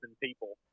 people